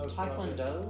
Taekwondo